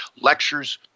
lectures